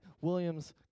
Williams